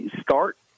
Start